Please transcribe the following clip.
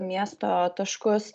miesto taškus